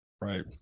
Right